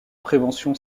prévention